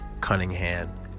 Cunningham